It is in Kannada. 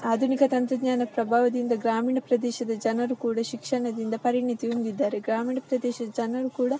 ಆಧುನಿಕ ತಂತ್ರಜ್ಞಾನ ಪ್ರಭಾವದಿಂದ ಗ್ರಾಮೀಣ ಪ್ರದೇಶದ ಜನರು ಕೂಡ ಶಿಕ್ಷಣದಿಂದ ಪರಿಣಿತಿ ಹೊಂದಿದ್ದಾರೆ ಗ್ರಾಮೀಣ ಪ್ರದೇಶದ ಜನರು ಕೂಡ